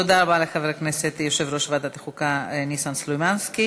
תודה רבה ליושב-ראש ועדת החוקה ניסן סלומינסקי.